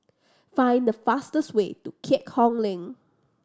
find the fastest way to Keat Hong Link